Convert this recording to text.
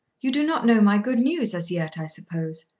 you do not know my good news as yet, i suppose.